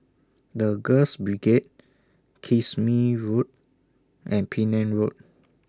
The Girls Brigade Kismis Road and Penang Road